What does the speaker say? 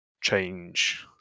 change